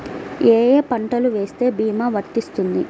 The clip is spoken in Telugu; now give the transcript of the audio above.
ఏ ఏ పంటలు వేస్తే భీమా వర్తిస్తుంది?